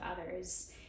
others